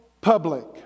public